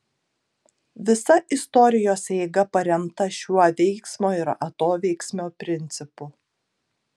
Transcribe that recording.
visa istorijos eiga paremta šiuo veiksmo ir atoveiksmio principu